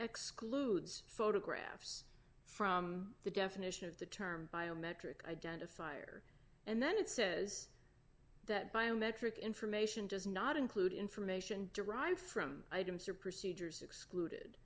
excludes photographs from the definition of the term biometric identifier and then it says that biometric information does not include information derived from items or procedures excluded